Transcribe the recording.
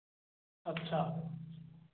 अच्छा